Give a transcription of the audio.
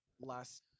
last